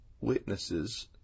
witnesses